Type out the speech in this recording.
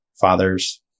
Fathers